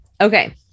Okay